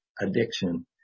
addiction